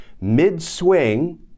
mid-swing